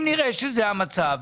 אם נראה שזה המצב,